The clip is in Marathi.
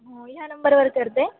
हो ह्या नंबरवर करते